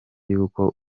y’uko